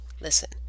listen